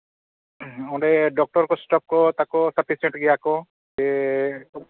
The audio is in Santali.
ᱚᱸᱰᱮ ᱰᱚᱠᱴᱚᱨ ᱠᱚ ᱥᱴᱟᱯᱷ ᱠᱚ ᱛᱟᱠᱚ ᱞᱮᱠᱟ ᱯᱮᱥᱮᱱᱴ ᱜᱮᱭᱟ ᱠᱚ ᱥᱮ